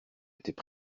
étaient